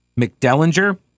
McDellinger